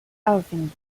often